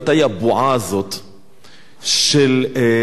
של מפלצות, זה לא חנויות,